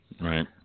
Right